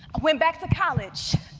went back to college.